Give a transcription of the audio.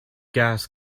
gas